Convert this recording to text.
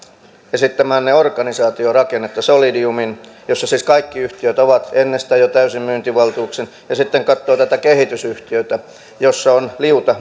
esittämäänne organisaatiorakennetta solidiumiin jossa siis kaikki yhtiöt ovat ennestään jo täysin myyntivaltuuksin ja sitten katsotaan tätä kehitysyhtiötä jossa on liuta